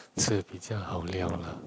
吃比较好料 lah